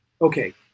Okay